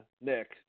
Nick